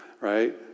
right